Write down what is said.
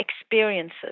experiences